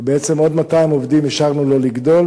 ובעצם אישרנו לו לגדול